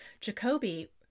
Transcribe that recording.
Jacoby